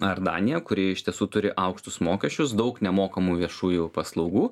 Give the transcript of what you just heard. ar danija kuri iš tiesų turi aukštus mokesčius daug nemokamų viešųjų paslaugų